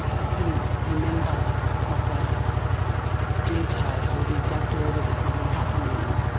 ah couldn't remember proper details or the exact order that something happened in.